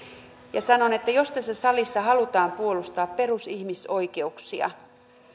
ja sanon että jos tässä salissa halutaan puolustaa perusihmisoikeuksia